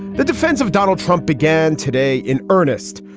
the defense of donald trump began today in earnest.